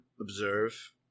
observe